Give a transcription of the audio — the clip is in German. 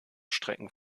strecken